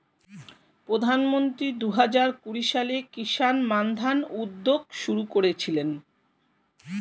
প্রধানমন্ত্রী দুহাজার কুড়ি সালে কিষান মান্ধান উদ্যোগ শুরু করেছিলেন